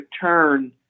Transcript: turn